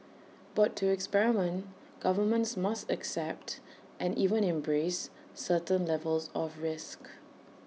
but to experiment governments must accept and even embrace certain levels of risk